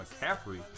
McCaffrey